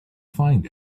find